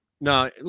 No